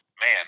Man